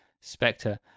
Spectre